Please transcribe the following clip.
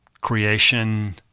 creation